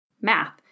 Math